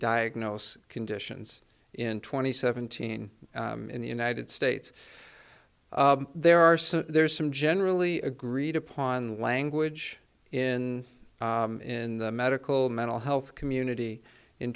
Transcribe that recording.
diagnose conditions in twenty seventeen in the united states there are so there's some generally agreed upon language in in the medical mental health community in